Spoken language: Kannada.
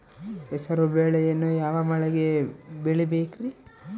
ಹೆಸರುಬೇಳೆಯನ್ನು ಯಾವ ಮಳೆಗೆ ಬೆಳಿಬೇಕ್ರಿ?